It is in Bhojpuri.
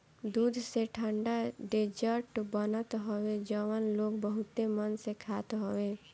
दूध से ठंडा डेजर्ट बनत हवे जवन लोग बहुते मन से खात हवे